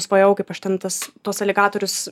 svajojau kaip aš ten tas tuos aligatorius